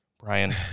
Brian